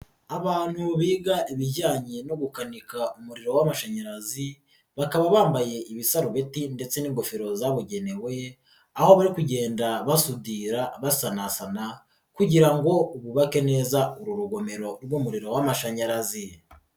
Abantu biga ibijyanye no gukanika umuriro w'amashanyarazi bakaba bambaye ibisarubeti ndetse n'ingofero zabugenewe aho bari kugenda bafudira basanasana kugira ngo bubake neza uru rugomero rw'umuriro w'amashanyarazi.